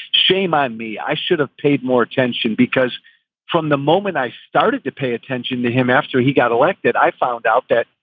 shame on me. i should have paid more attention because from the moment i started to pay attention to him after he got elected, i found out that,